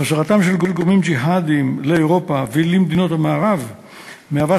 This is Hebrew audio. חזרתם של גורמים ג'יהאדיים לאירופה ולמדינות המערב מהווה